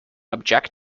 object